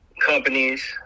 companies